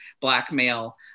blackmail